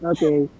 Okay